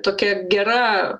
tokia gera